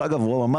דרך אגב אמרתי,